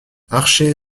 archer